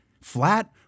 flat